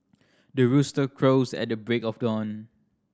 the rooster crows at the break of dawn